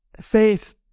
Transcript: faith